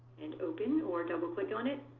and open, or double-click on it,